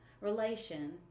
relation